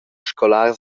scolars